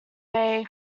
bay